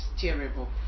terrible